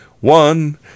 One